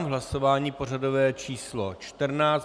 Hlasování pořadové číslo 14.